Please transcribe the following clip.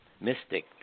mystic